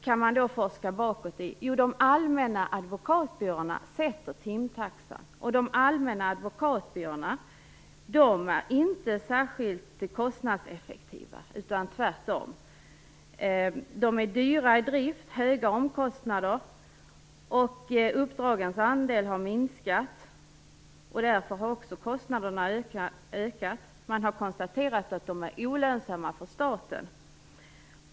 Jo, det är de allmänna advokatbyråerna som sätter timtaxan, och dessa är inte särskilt kostnadseffektiva. Tvärtom är de dyra i drift och har höga omkostnader. Uppdragens andel har minskat, och därför har också kostnaderna ökat. Man har konstaterat att de är olönsamma för staten.